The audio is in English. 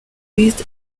pleased